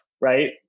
right